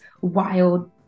wild